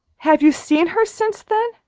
have you seen her since then?